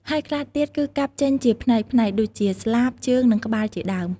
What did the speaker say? ហើយខ្លះទៀតគឺកាប់ចេញជាផ្នែកៗ ដូចជាស្លាប ជើង និងក្បាលជាដើម។